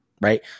Right